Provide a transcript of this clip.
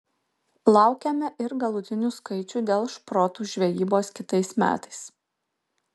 laukiame ir galutinių skaičių dėl šprotų žvejybos kitais metais